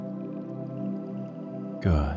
Good